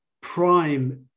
prime